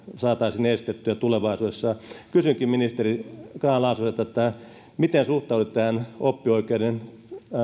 saataisiin estettyä tulevaisuudessa kysynkin ministeri grahn laasoselta miten suhtaudutte tähän oppioikeuden